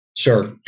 Sure